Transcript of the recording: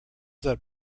that